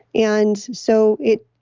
and so it,